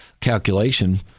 calculation